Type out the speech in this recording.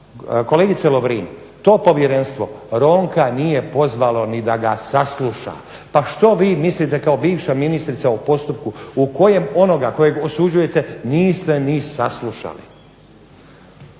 kolegice Lovrin, Ronka nije pozvalo ni da ga sasluša. A što vi mislite kao bivša ministrica u postupku u kojem onoga kojega osuđujete niste ni saslušali.